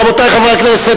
רבותי חברי הכנסת,